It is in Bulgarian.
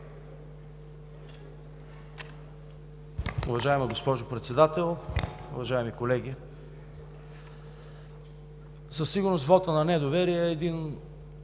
Уважаема госпожо Председател, уважаеми колеги! Със сигурност вота на недоверие е един